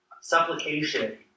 Supplication